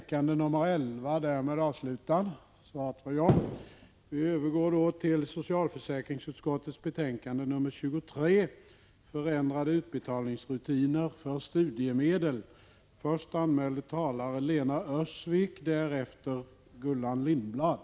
Kammaren övergår nu till att debattera socialförsäkringsutskottets betänkande 23 om krav på studieintyg från läroanstalter för högskolestuderande vid delutbetalningar av studiemedel.